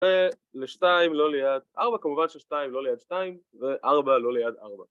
לשתיים לא ליד ארבע כמובן ששתיים לא ליד שתיים וארבע לא ליד ארבע